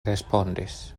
respondis